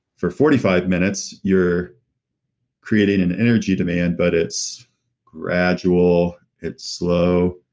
for forty five minutes, you're creating an energy demand, but it's gradual, it's slow,